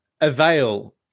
Avail